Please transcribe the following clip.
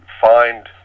find